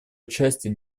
участия